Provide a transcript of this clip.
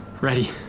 Ready